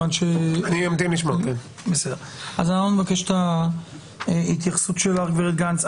אנחנו נבקש את ההתייחסות שלך, הגב' גנס.